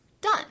done